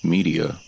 Media